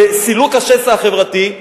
לסילוק השסע החברתי,